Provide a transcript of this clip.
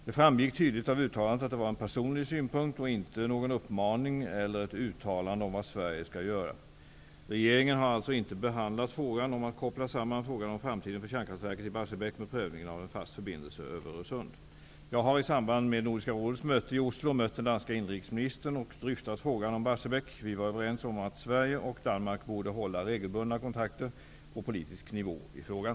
Det framgick tydligt av uttalandet att det var en personlig synpunkt och inte någon uppmaning eller ett uttalande om vad Sverige skall göra. Regeringen har alltså inte behandlat frågan om att koppla samman frågan om framtiden för kärnkraftverket i Jag har i samband med Nordiska rådets möte i Oslo mött den danska inrikesministern och dryftat frågan om Barsebäck. Vi var överens om att Sverige och Danmark borde hålla regelbundna kontakter på politisk nivå i frågan.